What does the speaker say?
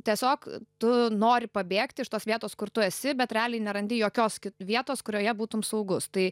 tiesiog tu nori pabėgti iš tos vietos kur tu esi bet realiai nerandi jokios vietos kurioje būtum saugus tai